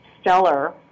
stellar